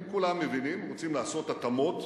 והם כולם מבינים ורוצים לעשות התאמות.